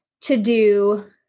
to-do